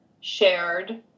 shared